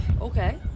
Okay